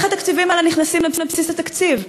שבה התקציבים האלה נכנסים לבסיס התקציב.